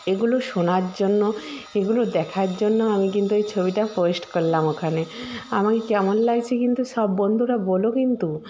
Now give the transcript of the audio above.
এগুলো শোনার জন্য এগুলো দেখার জন্য আমি কিন্তু ওই ছবিটা পোস্ট করলাম ওখানে আমাকে কেমন লাগছে কিন্তু সব বন্ধুরা বোলো কিন্তু